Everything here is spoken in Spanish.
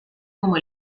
como